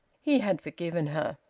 he had forgiven her.